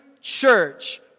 church